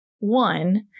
One